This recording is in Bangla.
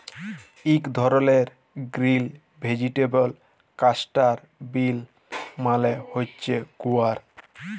ইক ধরলের গ্রিল ভেজিটেবল ক্লাস্টার বিল মালে হছে গুয়ার